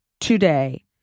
today